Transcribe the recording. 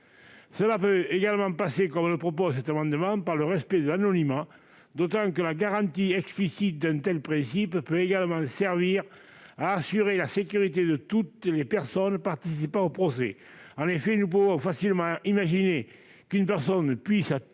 » Nous proposons, par cet amendement, d'y ajouter le respect de l'anonymat, d'autant que la garantie explicite d'un tel principe peut également servir à assurer la sécurité de toutes les personnes participant au procès. En effet, nous pouvons facilement imaginer qu'une personne puisse, par